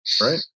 right